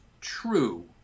true